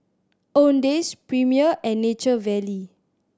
Owndays Premier and Nature Valley